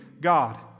God